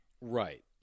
Right